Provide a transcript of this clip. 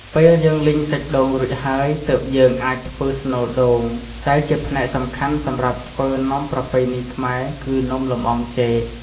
ពេលយើង លីងសាច់ដូង រួចហើយ ទើបយើងអាចធ្វើ ស្នូលដូង ដែលជាផ្នែកសំខាន់សម្រាប់ធ្វើនំប្រពៃណីខ្មែរ គឺនំលម្អងចេក។